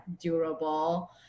durable